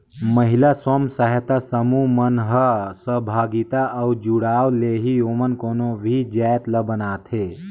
महिला स्व सहायता समूह मन ह सहभागिता अउ जुड़ाव ले ही ओमन कोनो भी जाएत ल बनाथे